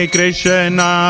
Krishna